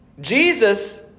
Jesus